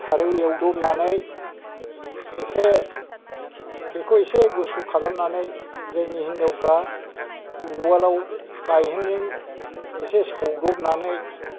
सारायाव एवदबनानै एसे बेखौ एसे गुसु खालामनानै जोंनि हिनजावफ्रा उवालाव गाइहेनजों एसे सौदबनानै